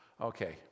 Okay